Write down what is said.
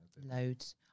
loads